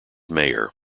mayor